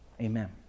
Amen